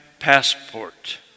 passport